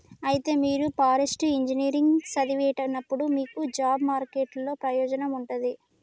అయితే మీరు forest engineering సదివినప్పుడు మీకు జాబ్ మార్కెట్ లో ప్రయోజనం ఉంటది